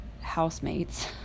housemates